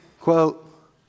Quote